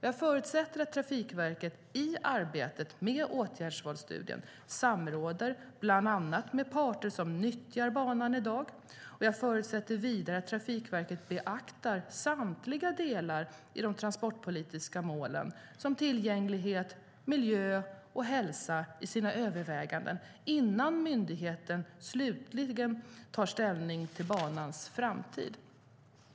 Jag förutsätter att Trafikverket i arbetet med åtgärdsvalsstudien samråder bland annat med parter som nyttjar banan i dag. Jag förutsätter vidare att Trafikverket beaktar samtliga delar i de transportpolitiska målen - tillgänglighet, miljö och hälsa - i sina överväganden innan myndigheten slutligen tar ställning till banans framtid.